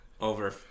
over